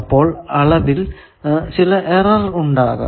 അപ്പോൾ അളവിൽ ചില എറർ ഉണ്ടാകാം